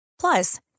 Plus